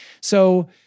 so-